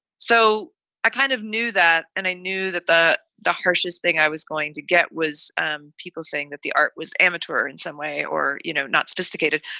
so i kind of knew that. and i knew that the the harshest thing i was going to get was um people saying that the art was amateur in some way or, you know, not sophisticated.